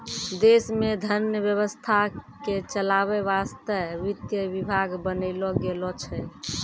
देश मे धन व्यवस्था के चलावै वासतै वित्त विभाग बनैलो गेलो छै